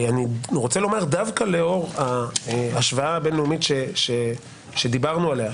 אני רוצה לומר שדווקא לאור ההשוואה הבין-לאומית שדיברנו עליה,